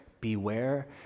Beware